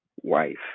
wife